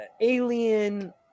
alien